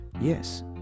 yes